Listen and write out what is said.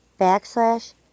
backslash